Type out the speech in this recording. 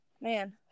man